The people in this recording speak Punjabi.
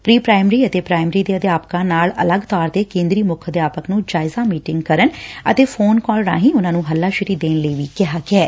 ਪ੍ਰੀ ਪ੍ਰਾਇਮਰੀ ਅਤੇ ਪ੍ਰਾਇਮਰੀ ਦੇ ਅਧਿਆਪਕਾਂ ਨਾਲ ਅਲੱਗ ਤੌਰ ਤੇ ਕੇਦਰੀ ਮੁੱਖ ਅਧਿਆਪਕ ਨੂੰ ਜਾਇਜਾ ਮੀਟਿੰਗਾਂ ਕਰਨ ਅਤੇ ਫੋਨ ਕਾਲ ਰਾਹੀਂ ਉਨੂਾ ਨੂੰ ਹੱਲਾਸੇਰੀ ਦੇਣ ਲਈ ਵੀ ਕਿਹਾ ਗਿਐ